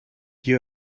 you